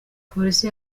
polisi